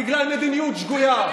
בגלל מדיניות שגויה.